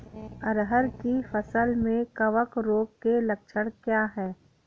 अरहर की फसल में कवक रोग के लक्षण क्या है?